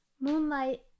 Moonlight